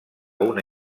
una